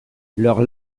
leur